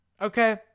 okay